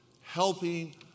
helping